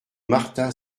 martin